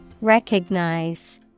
Recognize